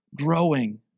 growing